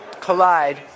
collide